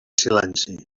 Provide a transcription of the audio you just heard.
silenci